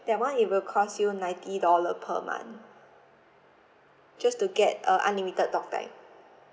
that one it will cost ninety dollar per month just to get uh unlimited talk time